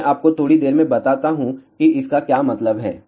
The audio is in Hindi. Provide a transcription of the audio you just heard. मैं आपको थोड़ी देर में बताता हूं कि इसका क्या मतलब है